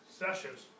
sessions